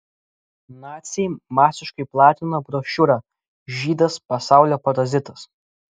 naciai masiškai platino brošiūrą žydas pasaulio parazitas